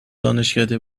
دانشکده